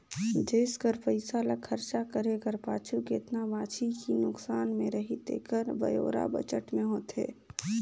देस कर पइसा ल खरचा करे कर पाछू केतना बांचही कि नोसकान में रही तेकर ब्योरा बजट में होथे